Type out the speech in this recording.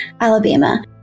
Alabama